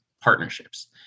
partnerships